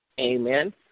Amen